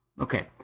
Okay